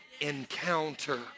encounter